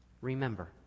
Remember